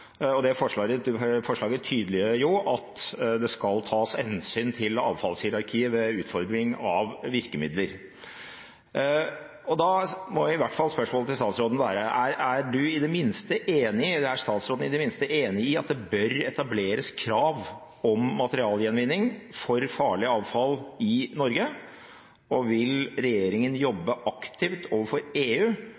og det forslaget tydeliggjør at det skal tas hensyn til avfallshierarkiet ved utforming av virkemidler. Da må spørsmålet til statsråden i hvert fall være: Er statsråden i det minste enig i at det bør etableres krav om materialgjenvinning for farlig avfall i Norge, og vil regjeringen